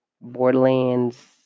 Borderlands